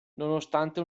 nonostante